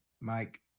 Mike